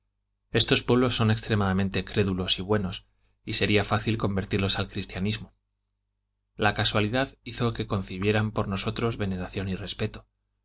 estos pueblos son extremadamente crédulos y buenos y sería fácil convertirlos al cristianismo la casualidad hizo que concibieran por nosotros veneración y respeto